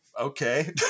okay